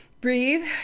breathe